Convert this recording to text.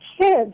kids